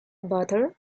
butter